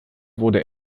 wurde